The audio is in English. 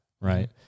right